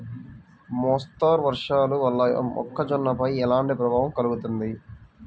మోస్తరు వర్షాలు వల్ల మొక్కజొన్నపై ఎలాంటి ప్రభావం కలుగుతుంది?